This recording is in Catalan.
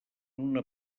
una